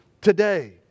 today